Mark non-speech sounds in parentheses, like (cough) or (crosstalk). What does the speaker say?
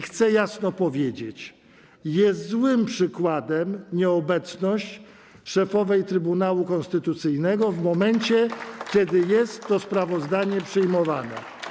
Chcę jasno powiedzieć: jest złym przykładem nieobecność szefowej Trybunału Konstytucyjnego (applause) w momencie, kiedy jest to sprawozdanie przyjmowane.